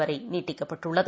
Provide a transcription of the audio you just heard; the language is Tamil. வரைநீட்டிக்கப்பட்டுள்ளது